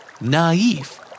Naive